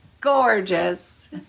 gorgeous